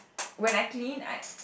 when I clean I